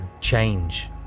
change